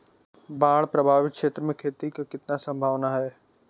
बाढ़ प्रभावित क्षेत्र में खेती क कितना सम्भावना हैं?